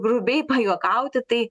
grubiai pajuokauti tai